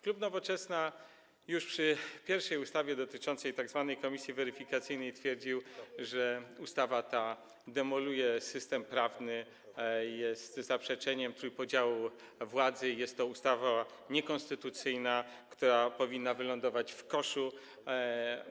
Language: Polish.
Klub Nowoczesna już przy pierwszej ustawie dotyczącej tzw. komisji weryfikacyjnej twierdził, że ustawa ta demoluje system prawny, jest zaprzeczeniem trójpodziału władzy i jest to ustawa niekonstytucyjna, która powinna wylądować w koszu.